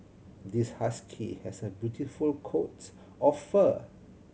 this husky has a beautiful coat of fur